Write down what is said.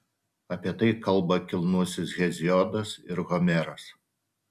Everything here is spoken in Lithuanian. apie tai kalba kilnusis heziodas ir homeras